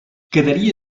quedaria